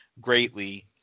greatly